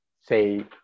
say